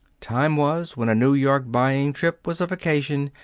time was when a new york buying-trip was a vacation.